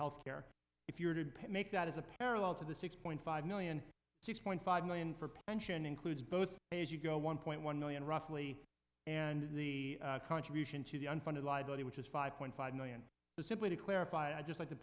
health care if you're did pay make that is a parallel to the six point five million six point five million for pension includes both pay as you go one point one million roughly and the contribution to the unfunded liability which is five point five million but simply to clarify i'd just like to